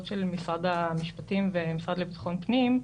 של משרד המשפטים ושל המשרד לביטחון פנים,